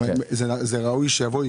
האם ראוי שיבואו לכאן,